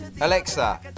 Alexa